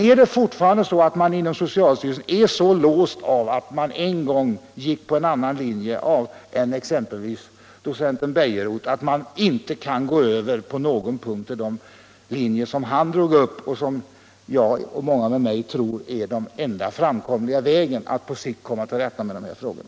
Är man inom socialstyrelsen fortfarande så låst av att man en gång följde en annan linje än exempelvis docent Bejerot, att man inte på någon punkt kan gå över till de linjer han drog upp och som jag och många med mig tror är den enda framkomliga vägen för att på sikt komma till rätta med de här frågorna?